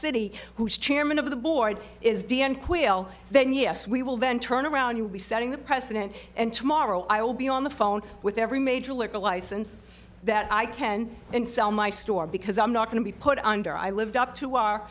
city who's chairman of the board is dnd quayle then yes we will then turn around you would be setting the precedent and tomorrow i'll be on the phone with every major liquor license that i can and sell my store because i'm not going to be put under i lived up to our